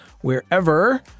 wherever